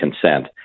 consent